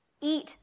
Eat